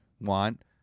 want